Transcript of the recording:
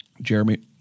Jeremy